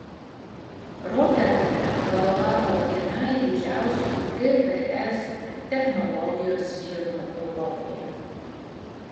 roterdame vadovavo vienai didžiausių gps technologijos firmų europoje